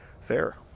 fair